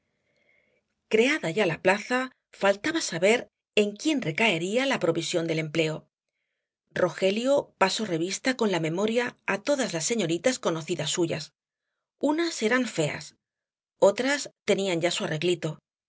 creada ya la plaza faltaba saber en quién recaería la provisión del empleo rogelio pasó revista con la memoria á todas las señoritas conocidas suyas unas eran feas otras tenían ya su arreglito